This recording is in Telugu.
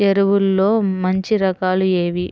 ఎరువుల్లో మంచి రకాలు ఏవి?